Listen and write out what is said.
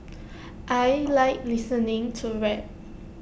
I Like listening to rap